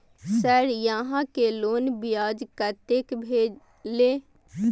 Sir यहां के loan ब्याज कतेक भेलेय?